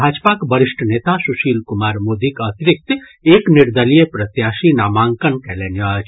भाजपाक वरिष्ठ नेता सुशील कुमार मोदीक अतिरिक्त एक निर्दलीय प्रत्याशी नामांकन कयलनि अछि